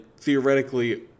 theoretically